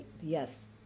Yes